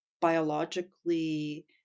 biologically